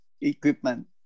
equipment